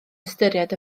ystyried